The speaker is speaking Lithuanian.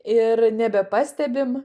ir nebepastebim